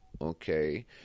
okay